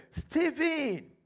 Stephen